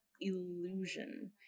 illusion